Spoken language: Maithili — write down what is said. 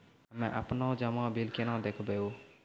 हम्मे आपनौ जमा बिल केना देखबैओ?